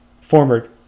former